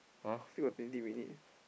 still got twenty minute